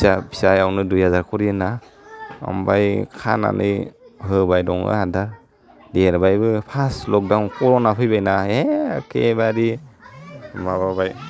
फिसा फिसायावनो दुइ हाजार खरि होना आमफाय खानानै होबाय दङ आहा दा देरबायबो फास लगडाउन कर'ना फैबायना हेह एखेबारि माबाबाय